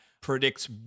predicts